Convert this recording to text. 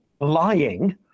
lying